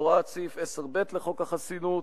הוראת סעיף 10(ב) לחוק החסינות,